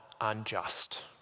unjust